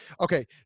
Okay